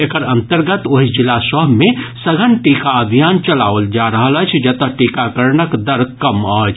एकर अंतर्गत ओहि जिला सभ मे सघन टीका अभियान चलाओल जा रहल अछि जतऽ टीकाकरणक दर कम अछि